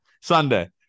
Sunday